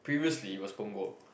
previously was Punggol